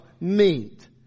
meet